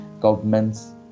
Governments